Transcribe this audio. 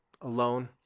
alone